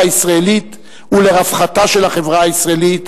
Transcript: הישראלית ולרווחתה של החברה הישראלית